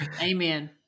Amen